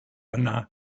yna